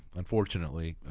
unfortunately.